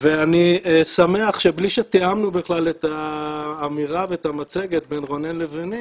ואני שמח שבלי שתיאמנו בכלל את האמירה ואת המצגת בין רונן לביני,